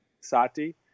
Sati